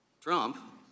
Trump